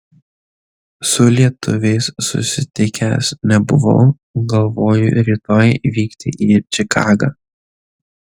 su lietuviais susitikęs nebuvau galvoju rytoj vykti į čikagą